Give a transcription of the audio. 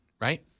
right